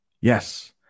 yes